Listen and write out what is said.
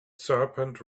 serpent